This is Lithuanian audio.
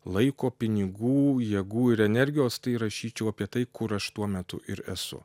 laiko pinigų jėgų ir energijos tai rašyčiau apie tai kur aš tuo metu ir esu